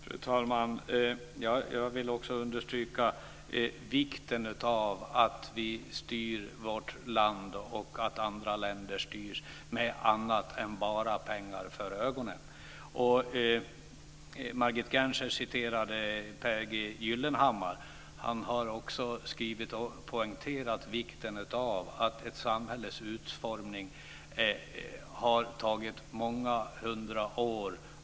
Fru talman! Jag vill understryka vikten av att vi styr vårt land och att andra länder styrs med annat än pengar för ögonen. Margit Gennser citerade Pehr G Gyllenhammar. Han har också poängterat att ett samhälles utformning har tagit många hundra år.